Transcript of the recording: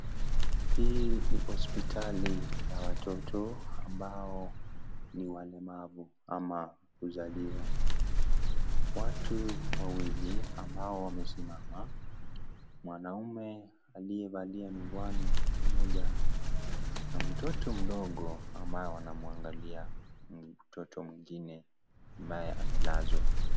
Hii ni hospitali ya watoto ambao ni wanyamavu ama kuzaliwa. Watu wawili, ambao wamesimama, mwanaume aliyevalia miwani moja na mtoto mdogo ambao anamwangalia na mtoto mwingine ambaye amelazwa.